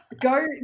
go